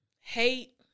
hate